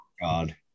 God